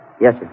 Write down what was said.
Yes